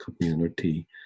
community